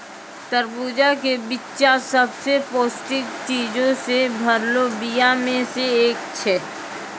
तरबूजा के बिच्चा सभ से पौष्टिक चीजो से भरलो बीया मे से एक छै